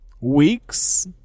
weeks